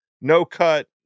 no-cut